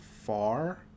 far